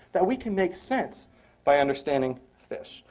that we can make sense by understanding fish.